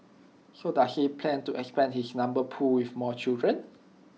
so does he plan to expand his number pool with more children